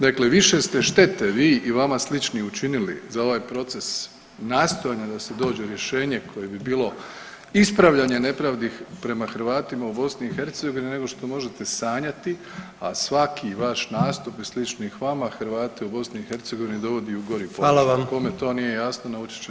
Dakle više ste štete vi i vama slični učili za ovaj proces nastojanja da se dođe rješenje koje bi bilo ispravljanje nepravdih prema Hrvatima u BiH nego što možete sanjati, a svaki vaš nastup i sličnih vama Hrvate u BiH dovodi u gori položaj [[Upadica: Hvala vam.]] Kome to nije jasno, naučit će